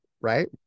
right